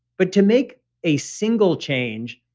but to make a single change,